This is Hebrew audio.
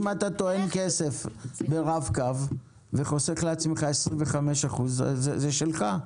אם אתה טוען כסף ברב-קו וחוסך לעצמך 25%, זה שלך.